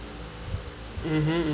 mmhmm